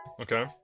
okay